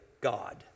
God